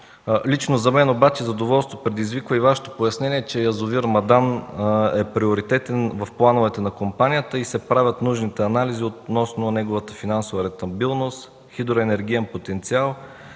Лично за мен обаче задоволство предизвиква и Вашето пояснение, че язовир „Мадан” е приоритетен в плановете на компанията и се правят нужните анализи относно неговата финансова рентабилност, хидроенергиен потенциал